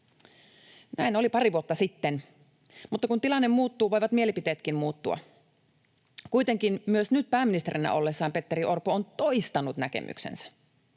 Näin oli pari vuotta sitten, mutta kun tilanne muuttuu, voivat mielipiteetkin muuttua. Kuitenkin myös nyt pääministerinä ollessaan Petteri Orpo on toistanut näkemyksensä.